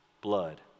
blood